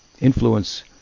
influence